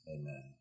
amen